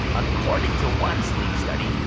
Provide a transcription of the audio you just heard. according to one sleep study,